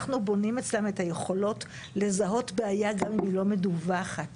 בונים אצלם את היכולות לזהות בעיה גם אם היא לא מדווחת.